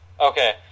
Okay